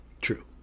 true